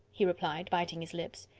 he replied, biting his lips.